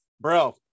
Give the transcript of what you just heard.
bro